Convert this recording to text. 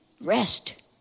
Rest